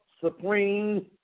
supreme